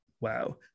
wow